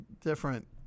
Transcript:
different